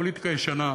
הפוליטיקה הישנה,